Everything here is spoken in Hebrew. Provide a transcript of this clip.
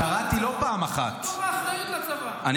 מתוך האחריות לצבא -- קראתי לא פעם אחת.